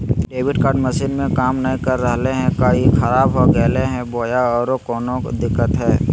Debit card machine में काम नाय कर रहले है, का ई खराब हो गेलै है बोया औरों कोनो दिक्कत है?